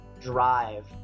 drive